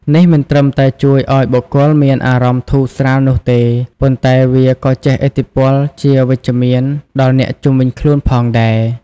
នេះមិនត្រឹមតែជួយឱ្យបុគ្គលមានអារម្មណ៍ធូរស្រាលនោះទេ ប៉ុន្តែវាក៏ជះឥទ្ធិពលជាវិជ្ជមានដល់អ្នកជុំវិញខ្លួនផងដែរ។